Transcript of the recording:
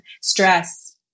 stress